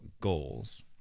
goals